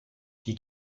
die